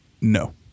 No